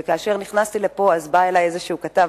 וכאשר נכנסתי לפה בא אלי איזה כתב,